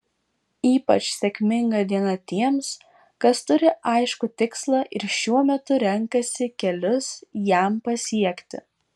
ypač sėkminga diena tiems kas turi aiškų tikslą ir šiuo metu renkasi kelius jam pasiekti